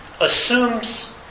assumes